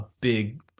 big